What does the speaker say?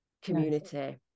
community